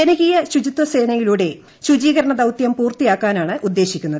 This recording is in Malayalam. ജനകീയ ശുചിത്വസേനയിലൂടെ ശുചീകരണ ദൌത്യം പൂർത്തീകരിക്കാനാണ് ഉദ്ദേശിക്കുന്നത്